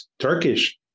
turkish